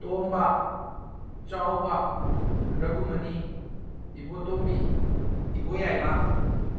ꯇꯣꯝꯕ ꯆꯥꯎꯕ ꯔꯒꯨꯃꯅꯤ ꯏꯕꯣꯇꯣꯝꯕꯤ ꯏꯕꯣꯌꯥꯏꯃ